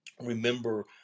Remember